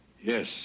Yes